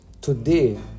today